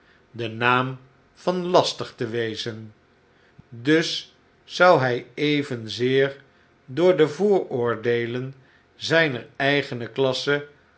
de naam van lastig te wezen dus zou hij evenzeer door de vooroordeelen zijner eigene klasse